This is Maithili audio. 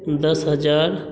दस हजार